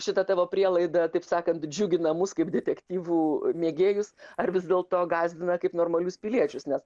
šita tavo prielaida taip sakant džiugina mus kaip detektyvų mėgėjus ar vis dėlto gąsdina kaip normalius piliečius nes